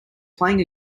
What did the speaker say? playing